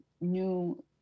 new